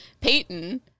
Peyton